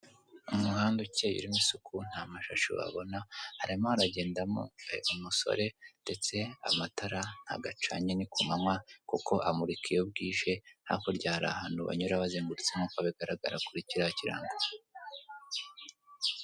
Umuhanda ucyeye urimo isuku, nta mashashi wabona, harimo haragendamo umusore ndetse amatara ntabwo acanye ni ku manywa kuko amurika iyo bwije, hakurya hari ahantu banyura bazengurutse nkuko bigaragara kuri kiriya kirango.